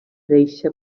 deixa